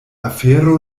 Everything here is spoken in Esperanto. afero